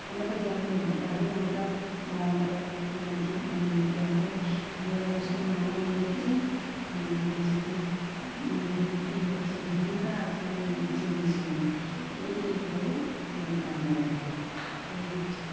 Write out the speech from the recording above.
আমরা তো জানি না আগে আগে জানতাম মমতা ব্যানাজ্জি মানে নীতি এখন হিন্দু মুসলিম এমন হয়ে গিয়েছে মানে B J P B J P হচ্ছে হিন্দুরা আর তৃণমূল হচ্ছে মুসলিমরা এই এই করে মানে দাঙ্গা বাধে এই হচ্ছে